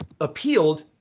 appealed